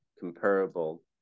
comparable